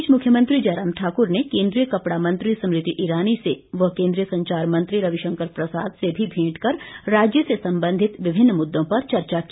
इस बीच मुख्यमंत्री जयराम ठाकुर ने केंद्रीय कपड़ा मंत्री स्मृति ईरानी से व केंद्रीय संचार मंत्री रविशंकर प्रसाद से भी भेंट कर राज्य से संबंधित विभिन्न मुददों पर चर्चा की